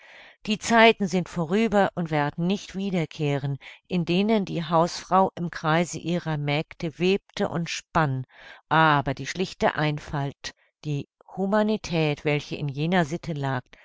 die zeiten sind vorüber und werden nicht wiederkehren in denen die hausfrau im kreise ihrer mägde webte und spann aber die schlichte einfalt die humanität welche in jener sitte lag